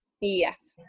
Yes